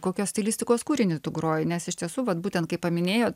kokios stilistikos kūrinį tu groji nes iš tiesų vat būtent kaip paminėjot